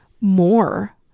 more